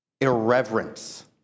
irreverence